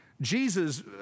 Jesus